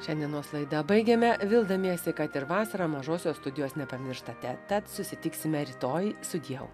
šiandienos laida baigėme vildamiesi kad ir vasarą mažosios studijos nepamirštate tad susitiksime rytoj sudieu